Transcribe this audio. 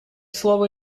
слово